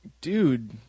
dude